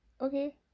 okay